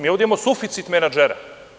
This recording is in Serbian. Mi ovde imamo suficit menadžera.